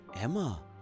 Emma